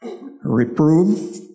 Reprove